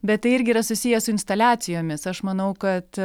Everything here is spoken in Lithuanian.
bet tai irgi yra susiję su instaliacijomis aš manau kad